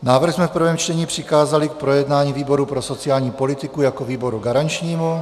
Návrh jsme v prvém čtení přikázali k projednání výboru pro sociální politiku jako výboru garančnímu.